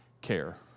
care